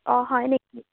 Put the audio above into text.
অঁ হয় নেকি